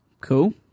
Cool